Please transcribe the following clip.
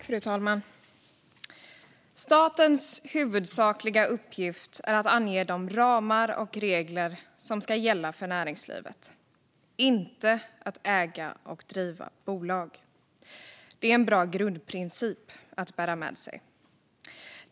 Fru talman! Statens huvudsakliga uppgift är att ange de ramar och regler som ska gälla för näringslivet, inte att äga och driva bolag. Det är en bra grundprincip att bära med sig.